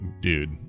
dude